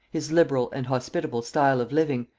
his liberal and hospitable style of living,